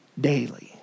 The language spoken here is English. daily